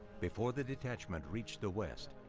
before the detachment reach the west,